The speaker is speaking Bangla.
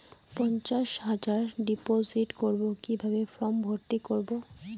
পঞ্চাশ হাজার ডিপোজিট করবো কিভাবে ফর্ম ভর্তি করবো?